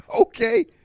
Okay